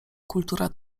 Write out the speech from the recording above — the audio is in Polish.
kultura